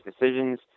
decisions